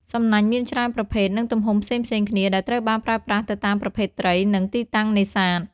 សំណាញ់មានច្រើនប្រភេទ និងទំហំផ្សេងៗគ្នា ដែលត្រូវបានប្រើប្រាស់ទៅតាមប្រភេទត្រី និងទីតាំងនេសាទ។